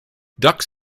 ducks